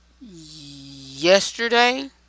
yesterday